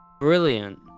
brilliant